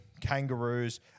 kangaroos